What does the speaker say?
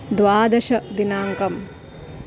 द्वादशः दिनाङ्कः